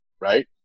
right